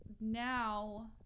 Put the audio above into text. now